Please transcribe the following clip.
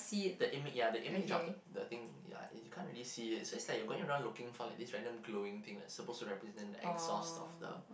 the image yeah the image of the the thing yeah and you can't really see it so is like you're going around looking for like this random glowing thing that's suppose to represents the exhaust of the